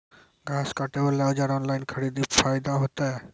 घास काटे बला औजार ऑनलाइन खरीदी फायदा होता?